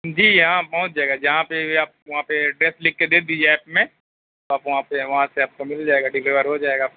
جی ہاں پہنچ جائے گا جہاں پہ بھی آپ وہاں پہ ایڈریس لِکھ کے دے دیجئے ایپ میں آپ وہاں پہ وہاں سے آپ کو مِل جائے گا ڈلیور ہو جائے گا آپ کو